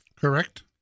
Correct